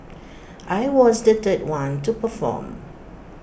I was the third one to perform